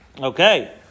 Okay